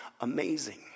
amazing